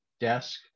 desk